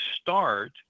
start